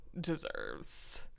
deserves